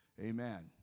Amen